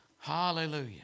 Hallelujah